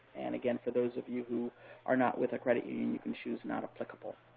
and, again, for those of you who are not with a credit union, you can choose not applicable.